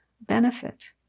benefit